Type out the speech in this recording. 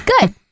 good